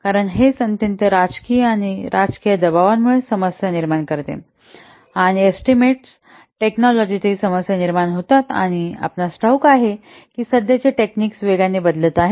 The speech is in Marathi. कारण हेच अत्यंत राजकीय आणि राजकीय दबावांमुळेच समस्या निर्माण करते आणि एस्टीमेट टेक्नोलोजीतही समस्या निर्माण होतात आणि आपणास ठाऊक आहे की सध्याचे टेक्निकस वेगाने बदलत आहे